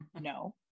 No